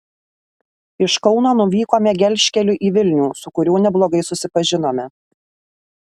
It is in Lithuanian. iš kauno nuvykome gelžkeliu į vilnių su kuriuo neblogai susipažinome